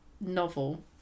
novel